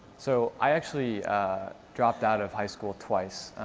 so, i actually dropped out of high school twice,